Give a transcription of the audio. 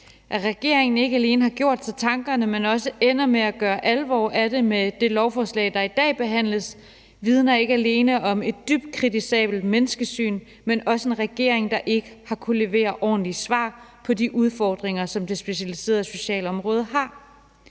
At regeringen ikke alene har gjort sig tankerne, men også ender med at gøre alvor af dem med det lovforslag, der i dag behandles, vidner ikke kun om et dybt kritisabelt menneskesyn, men også om en regering, der ikke har kunnet levere ordentlige svar på de udfordringer, som det specialiserede socialområde har.